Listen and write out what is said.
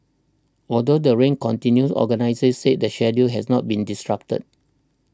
although the rain continued organisers said the schedule has not been disrupted